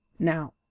now